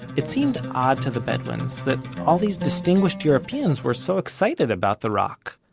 it seemed odd to the bedouins that all these distinguished europeans were so excited about the rock,